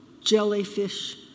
jellyfish